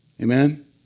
Amen